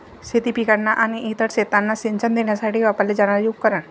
शेती पिकांना आणि इतर शेतांना सिंचन देण्यासाठी वापरले जाणारे उपकरण